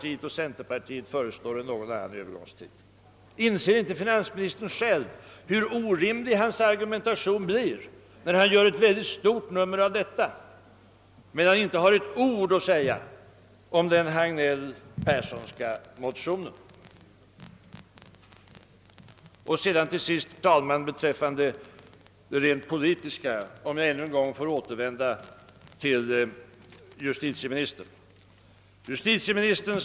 Inser inte finansministern själv hur orimlig hans argumentering blir, när han gör ett mycket stort nummer av detta, medan han inte har ett ord att säga om herrar Hagnells och Perssons motion? Får jag beträffande den rent politiska innebörden av åtgärden att dra tillbaka propositionen återkomma till justitieministern.